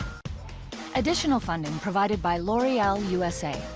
additional funding provided by l'oreal usa.